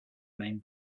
main